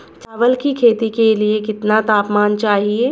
चावल की खेती के लिए कितना तापमान चाहिए?